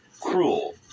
cruel